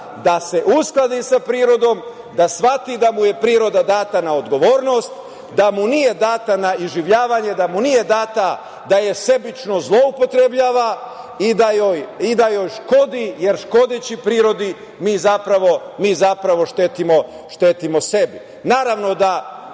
da se uskladi sa prirodom, da shvati da mu je priroda data na odgovornost, da mu nije data na iživljavanje, da mu nije data da je sebično zloupotrebljava i da joj škodi, jer škodeći prirodi, mi zapravo štetimo